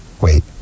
Wait